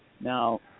Now